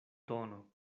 tono